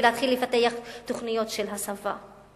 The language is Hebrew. ולהתחיל לפתח תוכניות של הסבה.